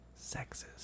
sexist